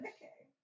Okay